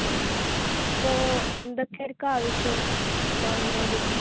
ആ അപ്പോൾ എന്തൊക്കെ ആയിരിക്കും ആവശ്യം ലോണിന് വേണ്ടിയിട്ട്